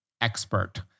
expert